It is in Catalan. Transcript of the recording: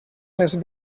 les